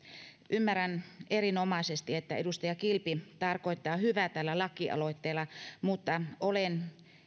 ymmärrän erinomaisesti että edustaja kilpi tarkoittaa hyvää tällä lakialoitteella mutta olen